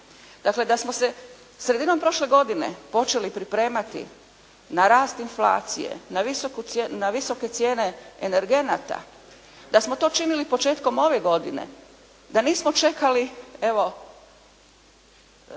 Dakle da smo se sredinom prošle godine počeli pripremati na rast inflacije, na visoke cijene energenata, da smo to činili početkom ove godine, da nismo čekali evo